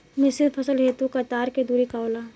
मिश्रित फसल हेतु कतार के दूरी का होला?